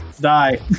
die